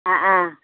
ಆ ಆಂ